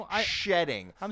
shedding